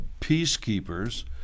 peacekeepers